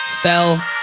fell